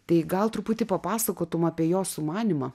tai gal truputį papasakotum apie jo sumanymą